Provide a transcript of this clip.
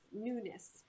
newness